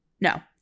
no